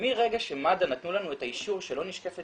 ומהרגע שמד"א נתנו לנו את האישור שלא נשקפת